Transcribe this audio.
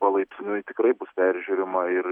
palaipsniui tikrai bus peržiūrima ir